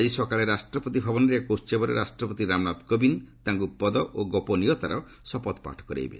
ଆଜି ସକାଳେ ରାଷ୍ଟ୍ରପତି ଭବନରେ ଏକ ଉହବରେ ରାଷ୍ଟ୍ରପତି ରାମନାଥ କୋବିନ୍ଦ ତାଙ୍କୁ ପଦ ଓ ଗୋପନୀୟତାର ଶପଥପାଠ କରାଇବେ